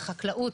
חקלאות,